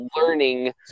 learning